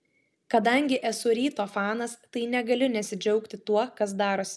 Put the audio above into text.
kadangi esu ryto fanas tai negaliu nesidžiaugti tuo kas darosi